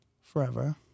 Forever